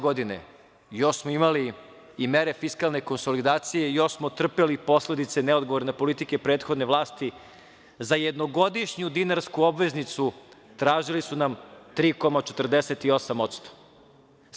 Godine 2017. još smo imali i mere fiskalne konsolidacije i još smo trpeli posledice neodgovorne politike prethodne vlasti, za jednogodišnju dinarsku obveznicu tražili su nam 3,48%